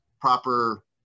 proper